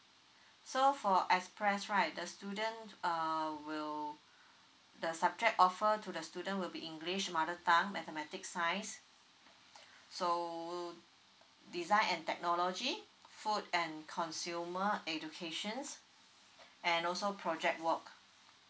so for express right the student uh will the subject offer to the student will be english mother tongue mathematics science so design and technology food and consumer educations and also project work